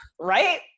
Right